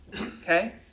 okay